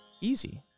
Easy